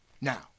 Now